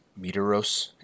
meteoros